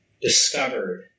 discovered